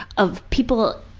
of people